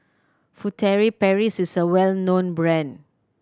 Furtere Paris is a well known brand